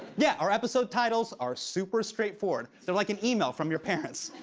yeah, our episode titles are super straight forward. they're like an email from your parents.